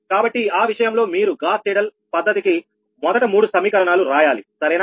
కాబట్టి ఆ విషయంలో మీరు గాస్ సీడెల్ పద్ధతికి మొదట మూడు సమీకరణాలు రాయాలి సరేనా